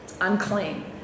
unclean